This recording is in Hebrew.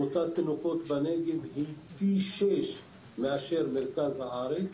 תמותת תינוקות בנגב היא פי שש מאשר מרכז הארץ.